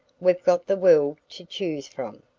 we've got the world to choose from.